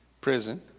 Prison